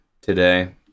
today